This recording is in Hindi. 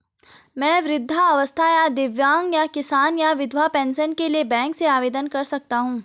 मैं वृद्धावस्था या दिव्यांग या किसान या विधवा पेंशन के लिए बैंक से आवेदन कर सकता हूँ?